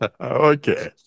Okay